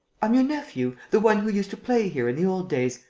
i'm your nephew, the one who used to play here in the old days,